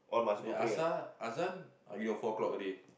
eh asar azan four o-clock already